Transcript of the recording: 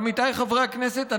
עמיתיי חברי הכנסת,